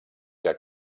que